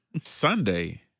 Sunday